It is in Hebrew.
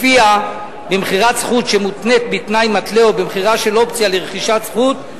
שלפיה במכירת זכות שמותנית בתנאי מתלה או במכירה של אופציה לרכישת זכות,